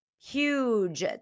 Huge